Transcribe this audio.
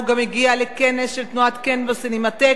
הוא גם הגיע לכנס של תנועת כ"ן בסינמטק,